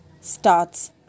starts